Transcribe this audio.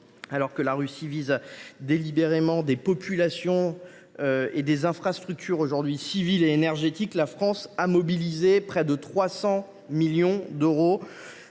plus que la Russie vise délibérément des populations et des infrastructures civiles et énergétiques. Ainsi, la France a mobilisé près de 300 millions d’euros